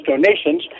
donations